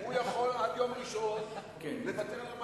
הוא יכול עד יום ראשון לוותר על רמת-הגולן,